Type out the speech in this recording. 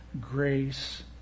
grace